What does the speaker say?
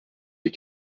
est